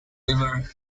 liver